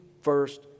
first